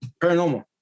paranormal